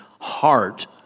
heart